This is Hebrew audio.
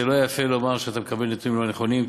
זה לא יפה לומר שאתה מקבל נתונים לא נכונים.